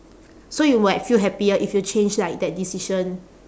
so you would like feel happier if you changed like that decision